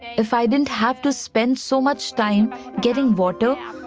if i didn't have to spend so much time getting water,